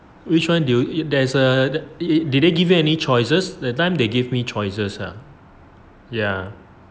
which one do you there's a did they give you any choices that time they give me choices ah ya